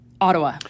Ottawa